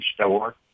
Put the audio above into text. store